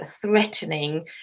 threatening